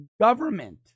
government